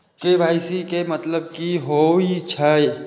KYC के मतलब कि होई छै?